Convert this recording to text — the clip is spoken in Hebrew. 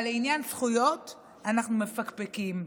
אבל לעניין זכויות אנחנו מפקפקים?